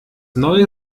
neue